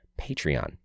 Patreon